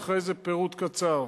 ואחרי זה פירוט קצר: